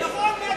תגיד לי.